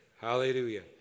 Hallelujah